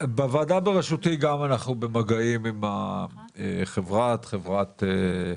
בוועדה בראשותי אנחנו נמצאים במגעים עם חברת ICL,